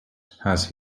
has